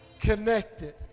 connected